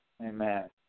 Amen